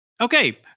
Okay